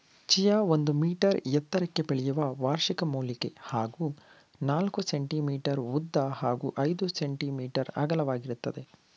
chia ಒಂದು metre ಎತ್ತರಕ್ಕೆ ಬೆಳೆಯುವ ವಾರ್ಷಿಕ ಮೂಲಿಕೆ ಹಾಗೂ ನಾಲ್ಕು ಸೆ.ಮೀ ಉದ್ದ ಹಾಗೂ ಐದು ಸೆ.ಮೀ ಅಗಲವಾಗಿರ್ತದೆ